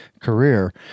career